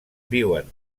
viuen